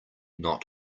not